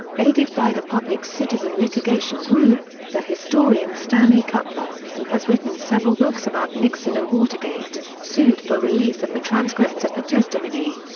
aided by the public citizen litigation group, the historian stanley kutler, who has written several books about nixon and watergate, sued for release of the transcripts of the testimony.